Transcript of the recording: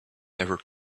never